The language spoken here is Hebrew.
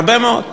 הרבה מאוד.